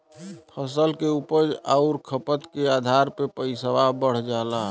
फसल के उपज आउर खपत के आधार पे पइसवा बढ़ जाला